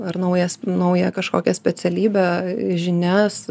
ar naujas naują kažkokią specialybę žinias